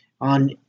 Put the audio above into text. on